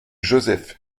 joseph